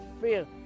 fear